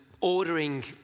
ordering